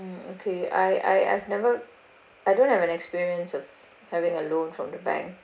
mm okay I I I've never I don't have an experience of having a loan from the bank